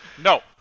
No